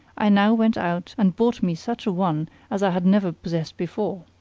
i now went out and bought me such a one as i had never possessed before.